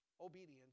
Obedience